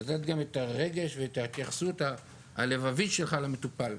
לתת גם את הרגש ואת ההתייחסות הלבבית שלך למטופל.